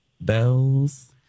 bells